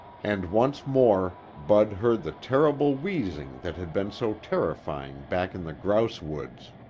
and once more bud heard the terrible wheezing that had been so terrifying back in the grouse woods.